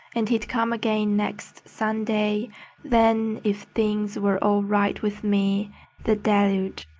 and he'd come again next sunday then if things were all right with me the deluge!